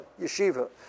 Yeshiva